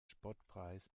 spottpreis